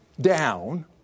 down